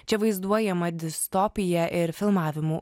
čia vaizduojama distopija ir filmavimų